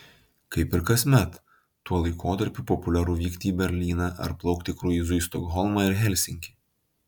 kaip ir kasmet tuo laikotarpiu populiaru vykti į berlyną ar plaukti kruizu į stokholmą ir helsinkį